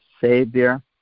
Savior